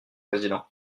président